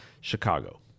Chicago